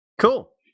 Cool